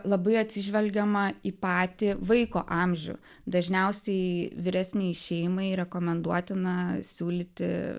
labai atsižvelgiama į patį vaiko amžių dažniausiai vyresniai šeimai rekomenduotina siūlyti